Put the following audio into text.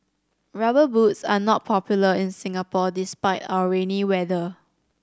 Rubber Boots are not popular in Singapore despite our rainy weather